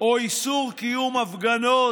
או איסור קיום הפגנות.